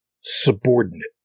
subordinate